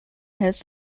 health